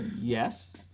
Yes